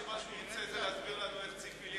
שמה שהוא ירצה זה להסביר לנו איך ציפי לבני,